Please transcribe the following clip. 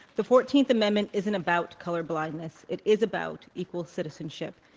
the fourteenth amendment isn't about color blindness. it is about equal citizenship.